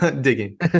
digging